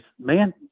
man